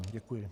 Děkuji.